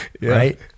Right